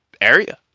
area